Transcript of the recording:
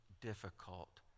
difficult